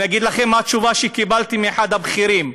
אני אגיד לכם מה התשובה שקיבלתי מאחד הבכירים,